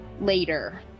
later